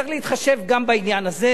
צריך להתחשב גם בעניין הזה,